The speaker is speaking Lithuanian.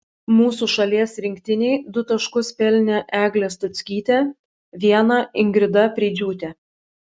mūsų šalies rinktinei du taškus pelnė eglė stuckytė vieną ingrida preidžiūtė